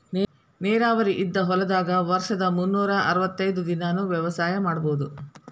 ನೇರಾವರಿ ಇದ್ದ ಹೊಲದಾಗ ವರ್ಷದ ಮುನ್ನೂರಾ ಅರ್ವತೈದ್ ದಿನಾನೂ ವ್ಯವಸಾಯ ಮಾಡ್ಬಹುದು